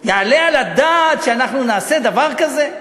יעלה על הדעת שאנחנו נעשה דבר כזה?